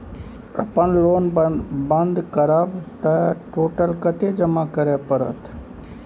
अपन लोन बंद करब त टोटल कत्ते जमा करे परत?